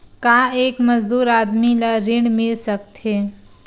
का एक मजदूर आदमी ल ऋण मिल सकथे?